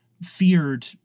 feared